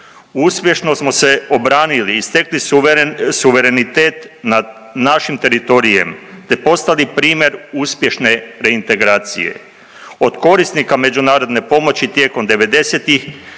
Uspješno smo se obranili i stekli suverenitet nad našim teritorijem te postali primjer uspješne reintegracije. Od korisnika međunarodne pomoći tijekom